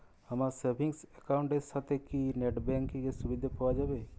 আমার savings account এর সাথে কি নেটব্যাঙ্কিং এর সুবিধা পাওয়া যাবে?